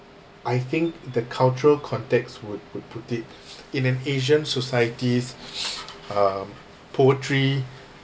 I think the cultural context would would put it in an asian societies um poetry